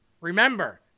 remember